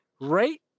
right